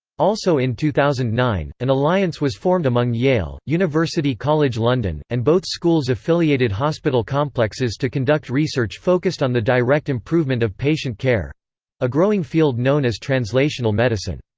also in two thousand and nine, an alliance was formed among yale, university college london, and both schools' affiliated hospital complexes to conduct research focused on the direct improvement of patient care a growing field known as translational medicine.